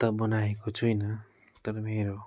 त बनाएको छुइनँ तर मेरो